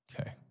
okay